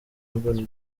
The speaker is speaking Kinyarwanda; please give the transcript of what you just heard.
urban